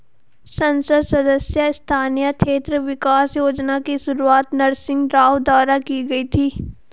संसद सदस्य स्थानीय क्षेत्र विकास योजना की शुरुआत नरसिंह राव द्वारा की गई थी